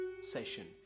session